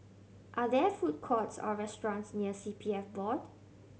are there food courts or restaurants near C P F Board